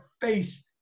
face